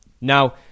now